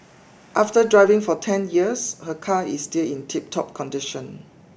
after driving for ten years her car is still in tiptop condition